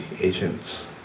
agents